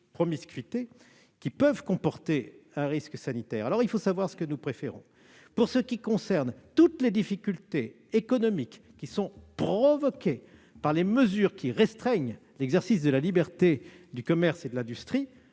promiscuité pouvant présenter un risque sanitaire. Il faut savoir ce que nous préférons ! Le traitement de toutes les difficultés économiques provoquées par les mesures qui restreignent l'exercice de la liberté du commerce et de l'industrie